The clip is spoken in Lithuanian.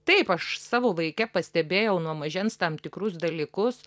taip aš savo vaike pastebėjau nuo mažens tam tikrus dalykus